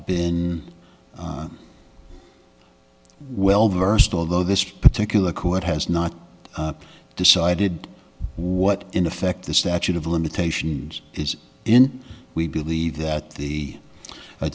been well versed although this particular court has not decided what in effect the statute of limitations is in we believe that the